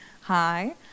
Hi